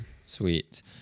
Sweet